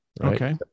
Okay